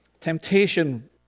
Temptation